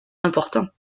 important